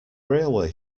railway